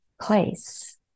place